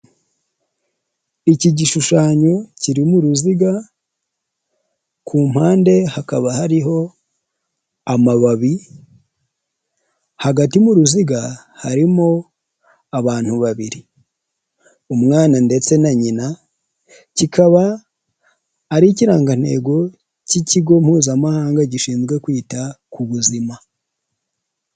Iki gishushanyo kiririmo uruziga ku mpande hakaba hariho amababi, hagati mu ruziga harimo abantu babiri umwana ndetse na nyina, kikaba ari ikirangantego cy'ikigo mpuzamahanga gishinzwe kwita ku ubuzima.